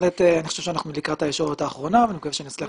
אני חושב שאנחנו לקראת הישורת האחרונה ונקווה שנצליח להתניע את זה.